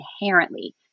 inherently